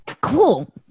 Cool